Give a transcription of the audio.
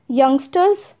youngsters